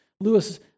Lewis